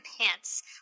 pants